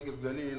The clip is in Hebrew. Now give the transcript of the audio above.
נגב גליל,